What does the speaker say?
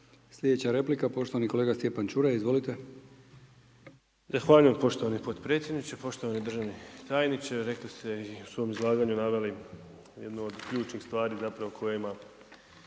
Sljedeća replika poštovani kolega Stjepan Čuraj, izvolite. **Čuraj, Stjepan (HNS)** Zahvaljujem poštovani potpredsjedniče. Poštovani državni tajniče, rekli ste i u svom izlaganju naveli jednu od ključnih stvari zapravo